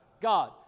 God